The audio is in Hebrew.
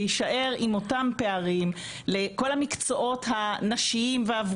להישאר עם אותם פערים לכל המקצועות הנשיים והוורודים.